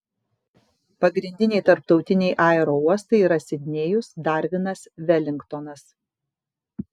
pagrindiniai tarptautiniai aerouostai yra sidnėjus darvinas velingtonas